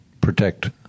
protect